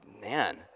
man